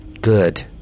Good